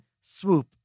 swoop